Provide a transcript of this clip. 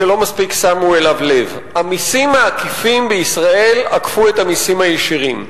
שלא מספיק שמו לב אליו: המסים העקיפים בישראל עקפו את המסים הישירים.